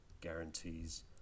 guarantees